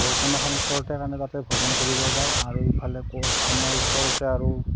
ভৈৰৱকুণ্ডখন ওচৰতে কাৰণে তাতে ভ্ৰমণ কৰিব যাওঁ আৰু ইফালে ক আমাৰ ওচৰতে আৰু